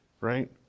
right